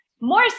more